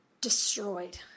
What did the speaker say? destroyed